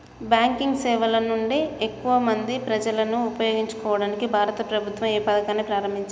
Banking సేవల నుండి ఎక్కువ మంది ప్రజలను ఉపయోగించుకోవడానికి భారత ప్రభుత్వం ఏ పథకాన్ని ప్రారంభించింది?